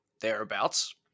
thereabouts